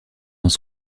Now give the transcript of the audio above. dans